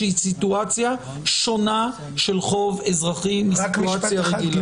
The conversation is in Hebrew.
שהיא סיטואציה שונה של חוב אזרחי מסיטואציה רגילה.